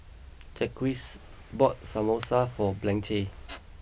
Jacquez bought Samosa for Blanche